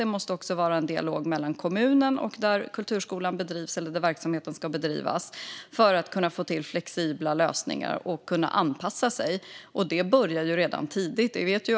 Det måste också vara en dialog mellan kommunen och den plats där kulturskolans verksamhet bedrivs eller ska bedrivas för att kunna få till flexibla lösningar och kunna anpassa sig. Detta börjar redan tidigt.